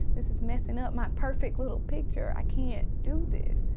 this is messing up my perfect little picture. i can't do this